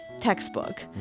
textbook